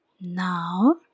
Now